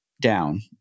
down